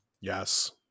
Yes